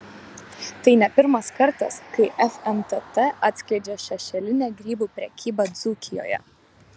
tai ne pirmas kartas kai fntt atskleidžia šešėlinę grybų prekybą dzūkijoje